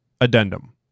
Addendum